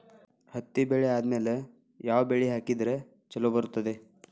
ಹತ್ತಿ ಬೆಳೆ ಆದ್ಮೇಲ ಯಾವ ಬೆಳಿ ಹಾಕಿದ್ರ ಛಲೋ ಬರುತ್ತದೆ?